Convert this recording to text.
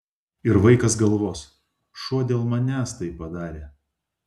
ir vaikas galvos šuo dėl manęs tai padarė